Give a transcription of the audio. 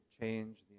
change